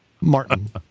Martin